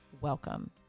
welcome